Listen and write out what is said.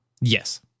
Yes